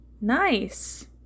Nice